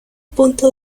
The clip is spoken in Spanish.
punto